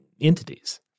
entities